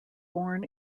born